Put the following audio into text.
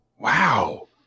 Wow